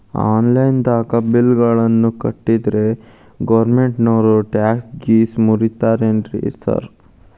Online ದಾಗ bill ಗಳನ್ನಾ ಕಟ್ಟದ್ರೆ ಗೋರ್ಮೆಂಟಿನೋರ್ ಟ್ಯಾಕ್ಸ್ ಗೇಸ್ ಮುರೇತಾರೆನ್ರಿ ಸಾರ್?